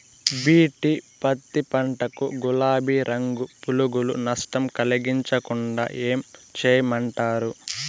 BT పత్తి పంట కు, గులాబీ రంగు పులుగులు నష్టం కలిగించకుండా ఏం చేయమంటారు?